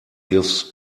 gives